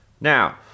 Now